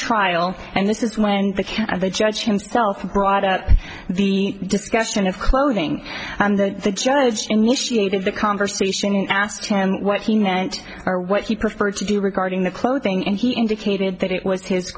trial and this is when the cat and the judge himself brought up the discussion of clothing and that the judge initiated the conversation and asked him what he meant or what he preferred to do regarding the clothing and he indicated that it was his